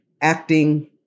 acting